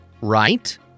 right